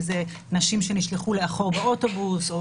אם אלה נשים שנשלחו לאחור באוטובוס או